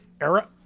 era